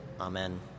Amen